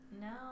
No